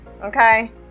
okay